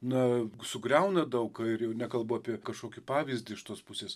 na sugriauna daug ir jau nekalbu apie kažkokį pavyzdį iš tos pusės